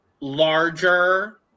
larger